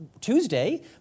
Tuesday